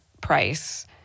price